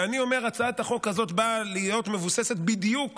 ואני אומר, הצעת החוק הזאת באה להיות מבוססת בדיוק